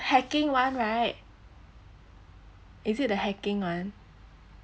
hacking one right is it the hacking one